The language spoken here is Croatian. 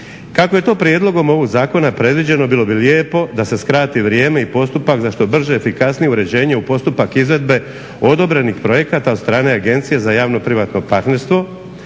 Kako je to prijedlogom ovog zakona predviđeno bilo bi lijepo da se skrati vrijeme i postupak za što brže i efikasnije uređenje u postupak izvedbe odobrenih projekata od strane Agencije za javno-privatnog partnerstvo.